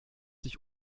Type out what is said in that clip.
sich